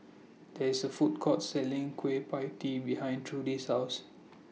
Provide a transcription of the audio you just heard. There IS A Food Court Selling Kueh PIE Tee behind Trudie's House